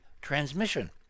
transmission